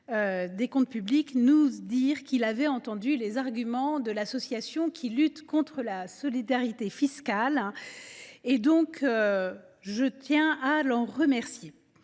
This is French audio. des comptes publics vient d’indiquer ici avoir entendu les arguments de l’association qui lutte contre la solidarité fiscale. Je tiens à l’en remercier.